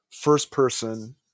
first-person